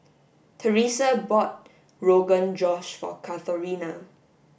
Teresa bought Rogan Josh for Katharina